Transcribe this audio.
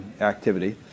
activity